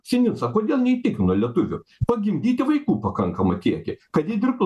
sinica kodėl neįtikino lietuvių pagimdyti vaikų pakankamą kiekį kad jie dirbtų